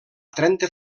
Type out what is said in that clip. trenta